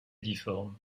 difforme